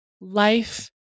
life